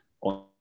on